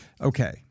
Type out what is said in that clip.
Okay